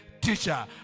teacher